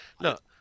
look